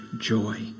joy